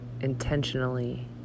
intentionally